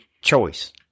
choice